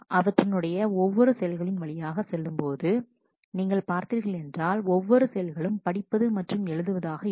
அதனுடைய ஒவ்வொரு செயல்களின் வழியாக செல்லும்போது நீங்கள் பார்த்தீர்கள் என்றால் ஒவ்வொரு செயல்களும் படிப்பது மற்றும் எழுதுவதாக இருக்கும்